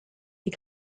die